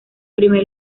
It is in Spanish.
primer